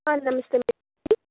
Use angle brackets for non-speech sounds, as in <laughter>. ಹಾಂ ನಮಸ್ತೆ ಮೇಡಮ್ <unintelligible>